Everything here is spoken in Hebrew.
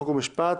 חוק ומשפט